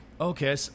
okay